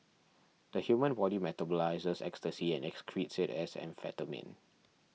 the human body metabolises ecstasy and excretes it as amphetamine